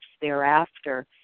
thereafter